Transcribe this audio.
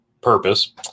purpose